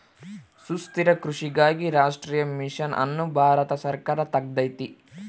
ಸುಸ್ಥಿರ ಕೃಷಿಗಾಗಿ ರಾಷ್ಟ್ರೀಯ ಮಿಷನ್ ಅನ್ನು ಭಾರತ ಸರ್ಕಾರ ತೆಗ್ದೈತೀ